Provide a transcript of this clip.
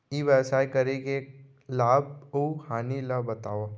ई व्यवसाय करे के लाभ अऊ हानि ला बतावव?